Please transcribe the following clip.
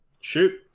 Shoot